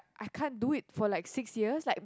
I can't do it for like sixty years like